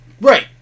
Right